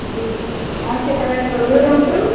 जी कौन से कलर के